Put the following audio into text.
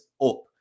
up